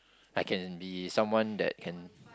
I can be someone that can